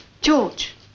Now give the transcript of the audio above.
George